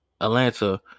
Atlanta